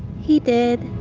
he did.